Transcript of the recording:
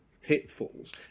pitfalls